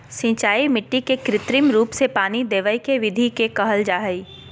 सिंचाई मिट्टी के कृत्रिम रूप से पानी देवय के विधि के कहल जा हई